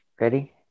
Ready